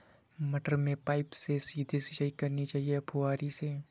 मटर में पाइप से सीधे सिंचाई करनी चाहिए या फुहरी से?